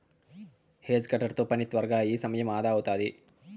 hedge cutter తో పని త్వరగా అయి సమయం అదా అవుతాది